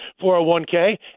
401K